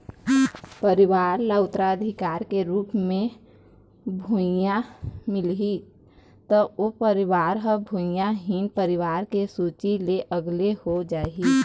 परवार ल उत्तराधिकारी के रुप म भुइयाँ मिलही त ओ परवार ह भूमिहीन परवार के सूची ले अलगे हो जाही